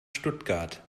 stuttgart